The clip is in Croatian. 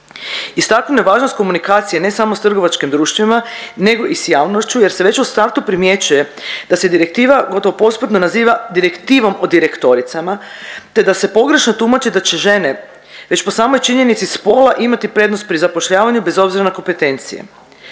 Istaknuo je važnost komunikacije ne samo s trgovačkim društvima nego i s javnošću jer se već u startu primjećuje da se direktiva gotovo posprdno naziva direktivom o direktoricama te da se pogrešno tumači da će žene već po samoj činjenici spola imati prednost pri zapošljavanju bez obzira na kompetencije.